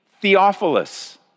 Theophilus